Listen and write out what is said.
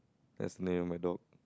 that's the name of my dog